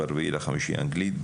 ב-4.5 אנגלית,